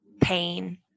pain